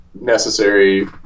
necessary